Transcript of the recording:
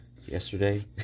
yesterday